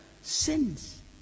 sins